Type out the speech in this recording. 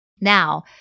Now